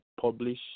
publish